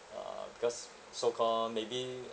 uh because so called maybe